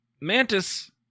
mantis